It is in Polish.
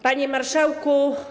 Panie Marszałku!